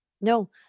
No